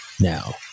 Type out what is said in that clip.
Now